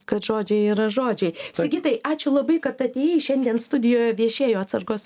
kad žodžiai yra žodžiai sigitai ačiū labai kad atėjai šiandien studijoje viešėjo atsargos